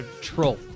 Troll